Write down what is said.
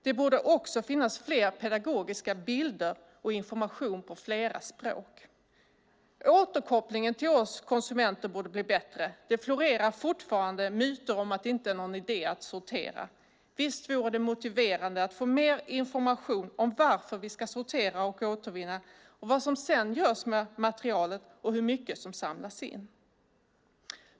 Det borde också finnas fler pedagogiska bilder och information på flera språk. Återkopplingen till oss konsumenter borde bli bättre. Det florerar fortfarande myter om att det inte är någon idé att sortera. Visst vore det motiverande att få mer information om varför vi ska sortera och återvinna, vad som sedan görs med materialet och hur mycket som samlas in.